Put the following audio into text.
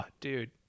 dude